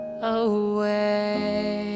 away